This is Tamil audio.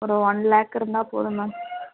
ஒரு ஒன் லேக் இருந்தால் போதும் மேம்